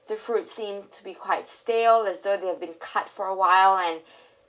the fruit seemed to be quite stale as though they have been cut for a while and